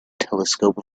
telescope